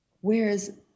Whereas